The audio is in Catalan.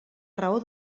raó